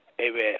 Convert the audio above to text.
amen